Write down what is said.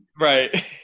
right